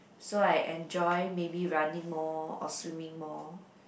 so I enjoy maybe running more or swimming more